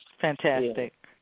Fantastic